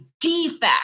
defect